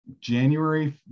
January